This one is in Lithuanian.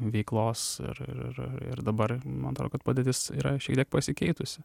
veiklos ir ir ir ir ir dabar man atrodo kad padėtis yra šiek tiek pasikeitusi